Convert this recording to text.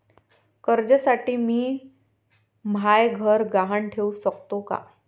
कर्जसाठी मी म्हाय घर गहान ठेवू सकतो का